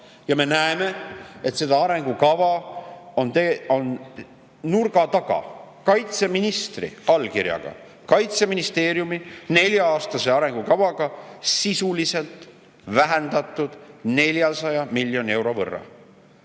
Me näeme, et seda arengukava on nurga taga kaitseministri allkirjaga Kaitseministeeriumi nelja-aastase arengukavaga sisuliselt vähendatud 400 miljoni euro võrra.